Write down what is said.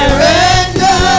render